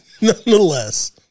nonetheless